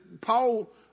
Paul